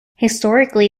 historically